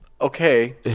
okay